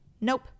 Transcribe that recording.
Nope